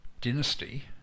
dynasty